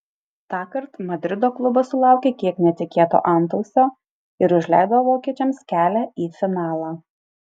tąkart madrido klubas sulaukė kiek netikėto antausio ir užleido vokiečiams kelią į finalą